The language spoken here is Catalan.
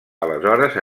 aleshores